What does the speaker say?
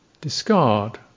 Discard